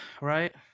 right